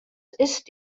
ist